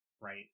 Right